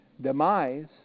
demise